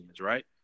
right